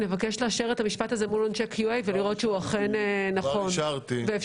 נבקש לאשר את המשפט הזה מול אנשי QA ולראות שהוא אכן נכון ואפשרי.